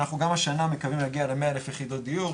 אנחנו גם השנה מתכוונים להגיע ל-100 אלף יחידות דיור,